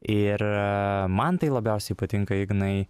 ir man tai labiausiai patinka ignai